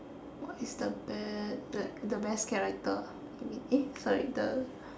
what is the bad like the best character you mean eh sorry the